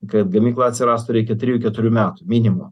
kad gamykla atsirastų reikia trijų keturių metų minimo